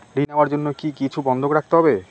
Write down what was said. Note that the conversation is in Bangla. ঋণ নেওয়ার জন্য কি কিছু বন্ধক রাখতে হবে?